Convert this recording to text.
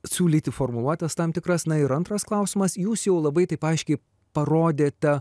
siūlyti formuluotes tam tikras na ir antras klausimas jūs jau labai taip aiškiai parodėte